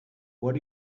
what